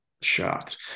shocked